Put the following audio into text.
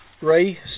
Ray